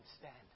stand